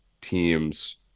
teams